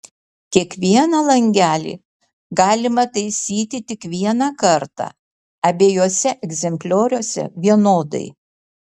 kiekvieną langelį galima taisyti tik vieną kartą abiejuose egzemplioriuose vienodai